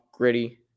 gritty